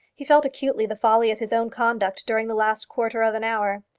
he felt acutely the folly of his own conduct during the last quarter of an hour.